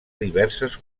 diverses